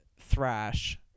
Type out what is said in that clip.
Thrash